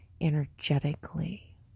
energetically